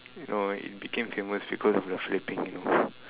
no it became famous because of the flipping you know